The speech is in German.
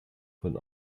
von